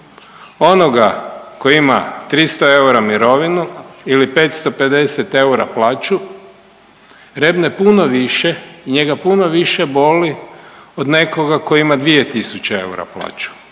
Onoga ko ima 300 eura mirovinu ili 550 eura plaću revne puno više i njega puno više boli od nekoga ko ima 2000 eura plaću